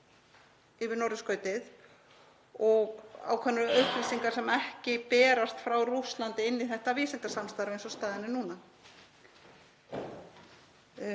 yfir norðurskautið og ákveðnar upplýsingar sem ekki berast frá Rússlandi inn í þetta vísindasamstarf eins og staðan er núna.